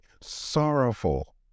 sorrowful